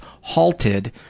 halted